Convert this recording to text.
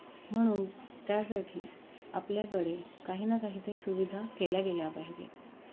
म्हणून त्यासाठी आपल्याकडे काही ना काही तरी सुविधा केल्या गेल्या पाहिजे